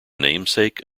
namesake